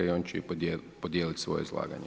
I on će i podijeliti svoje izlaganje.